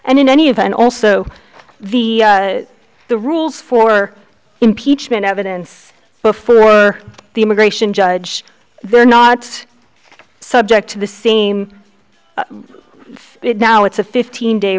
and in any event also the the rules for impeachment evidence before the immigration judge they're not subject to the same now it's a fifteen day